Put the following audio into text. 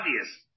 obvious